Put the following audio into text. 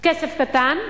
כסף קטן,